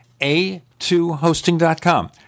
A2hosting.com